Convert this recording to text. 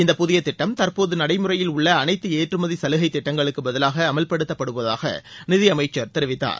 இந்த புதிய திட்டம் தற்போது நடைமுறையில் உள்ள அனைத்து ஏற்றுமதி சலுகை திட்டங்களுக்கு பதிலாக அமல்படுத்தப்படுவதாக நிதியமைச்சர் தெரிவித்தார்